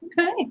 Okay